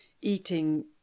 eating